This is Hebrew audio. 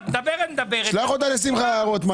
הוא זה שיצטרך לתת תשובות.